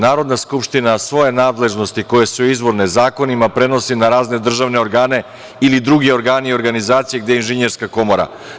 Narodna skupština svoje nadležnosti, koje su izvorne zakonima, prenosi na razne državne organe ili druge organe i organizacije gde je Inženjerska komora.